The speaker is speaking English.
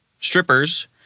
strippers